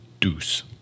deuce